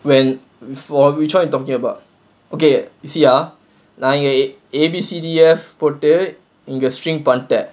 when before which one to U_T talking about okay you see ah நான் இங்க:naan inga A B C D F போட்டு இந்த:pottu intha string பண்ணிட்டேன்:pannittaen